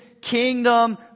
kingdom